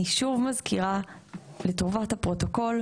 אני שוב מזכירה לטובת הפרוטוקול,